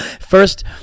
First